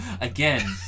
Again